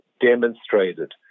demonstrated